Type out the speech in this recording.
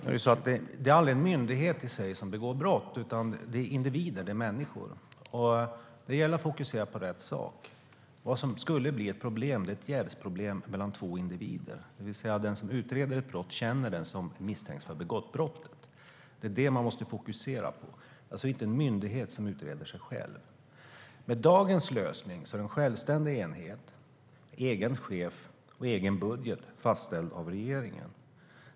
Herr talman! Det är aldrig en myndighet som begår brott, utan det är individer, människor, som gör det. Det gäller att fokusera på rätt sak. Det som skulle bli ett problem vore ett jävsproblem mellan två individer, det vill säga att den som utreder ett brott känner den som misstänks ha begått brottet. Det är det man måste fokusera på. Det är alltså inte en myndighet som utreder sig själv. Med dagens lösning finns en självständig enhet med egen chef och egen budget fastställd av regeringen.